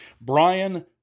Brian